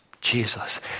Jesus